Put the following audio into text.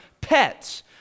pets